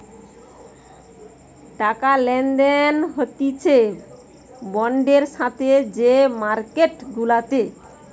টাকা লেনদেন হতিছে বন্ডের সাথে যে মার্কেট গুলাতে